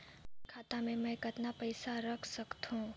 मोर खाता मे मै कतना पइसा रख सख्तो?